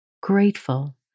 Grateful